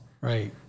right